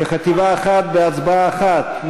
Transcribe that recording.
כחטיבה אחת בהצבעה אחת.